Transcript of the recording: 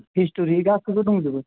history गासिबो दंजोबो